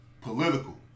political